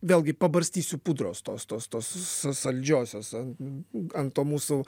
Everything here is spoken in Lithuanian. vėlgi pabarstysiu pudros tos tos tos saldžiosios ant ant to mūsų